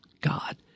God